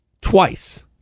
twice